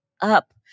up